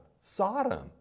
Sodom